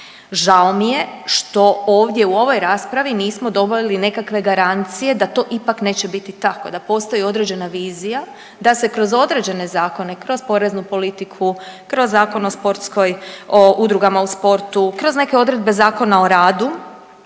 Žao mi je što ovdje u ovoj raspravi nismo doveli nekakve garancije da to ipak neće biti tako, da postoji određena vizija da se kroz određene zakone, kroz poreznu politiku, kroz Zakon o sportskoj, o udrugama u sportu, kroz neke odredbe Zakona o radu